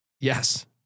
Yes